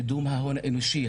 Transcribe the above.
קידום ההון האנושי,